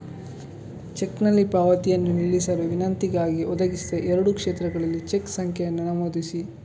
ಚೆಕ್ನಲ್ಲಿ ಪಾವತಿಯನ್ನು ನಿಲ್ಲಿಸಲು ವಿನಂತಿಗಾಗಿ, ಒದಗಿಸಿದ ಎರಡೂ ಕ್ಷೇತ್ರಗಳಲ್ಲಿ ಚೆಕ್ ಸಂಖ್ಯೆಯನ್ನು ನಮೂದಿಸಿ